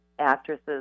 actresses